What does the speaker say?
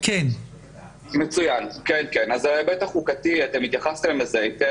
את ההיבט החוקתי של הנגיף.